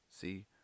See